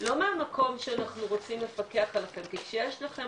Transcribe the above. לא מהמקום שאנחנו רוצים לפקח עליכם, כי כשיש לכם